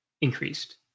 increased